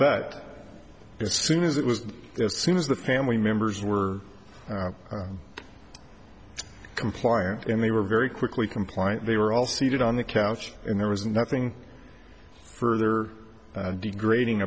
as soon as it was seen as the family members were compliant and they were very quickly compliant they were all seated on the couch and there was nothing further degrading